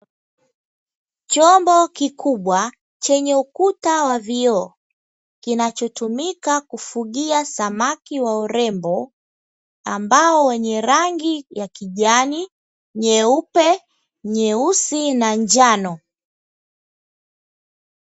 Chombo kikubwa chenye ukuta wa vioo, kinachotumika kufugia samaki wa urembo, ambao wanye rangi ya kijani, nyeupe, nyeusi na njano.